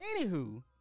Anywho